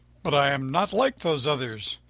but i am not like those others.